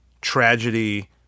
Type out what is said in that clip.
tragedy